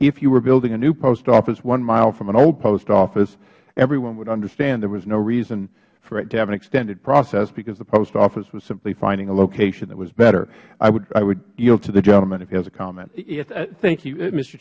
if you were building a new post office one mile from an old post office everyone would understand there was no reason for it to have an extended process because the post office was simply finding a location that was better i would yield to the gentleman if he has a comment mister murphy thank you mis